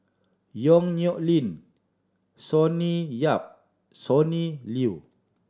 Yong Nyuk Lin Sonny Yap Sonny Liew